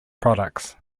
products